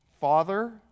Father